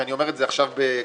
ואני אומר את זה עכשיו בשפתי: